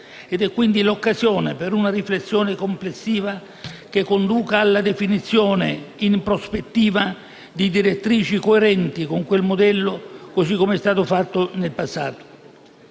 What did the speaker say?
ed è quindi l'occasione per una riflessione complessiva che conduca alla definizione in prospettiva di direttrici coerenti con quel modello, così come è stato fatto nel passato.